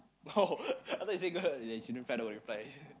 no I thought you say got yeah she reply don't want reply